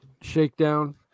shakedown